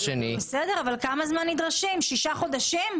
בסדר, אבל כמה זמן נדרש, שישה חודשים?